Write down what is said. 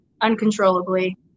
uncontrollably